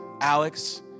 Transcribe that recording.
Alex